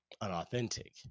unauthentic